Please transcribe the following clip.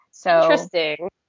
Interesting